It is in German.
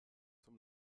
zum